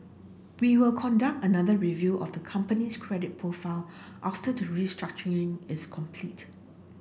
we will conduct another review of the company's credit profile after the restructuring is complete